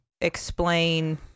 explain